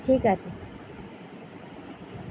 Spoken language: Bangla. ঠিক আছে